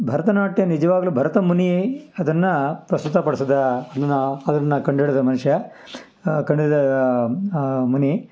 ಭರತನಾಟ್ಯ ನಿಜವಾಗಲೂ ಭರತ ಮುನಿಯೇ ಅದನ್ನ ಪ್ರಸ್ತುತ ಪಡ್ಸಿದ ಅದನ್ನಾ ಅದನ್ನು ಕಂಡಿಡಿದ ಮನುಷ್ಯ ಕಂಡಿಡಿದ ಮುನಿ